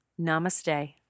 Namaste